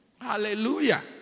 hallelujah